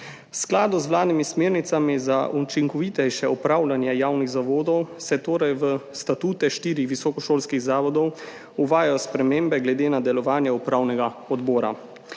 V skladu z vladnimi smernicami za učinkovitejše upravljanje javnih zavodov se torej v statute štirih visokošolskih zavodov uvajajo spremembe glede na delovanje upravnega odbora.